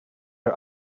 are